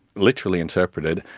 literally interpreted,